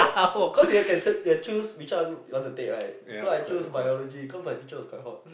so cause we can choose which one you want to take right so I choose Biology cause my teacher was quite hot